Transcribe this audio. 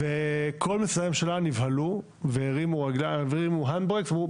וכל משרדי הממשלה נבהלו והרימו הנד ברקס ואמרו,